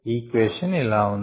equation ఇలా ఉంది